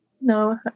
no